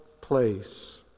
place